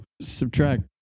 subtract